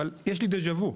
אבל יש לי דז'ה-וו,